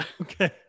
okay